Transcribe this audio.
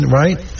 right